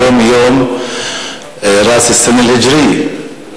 היום יום ראס-אל-סנה אל-הג'רייה,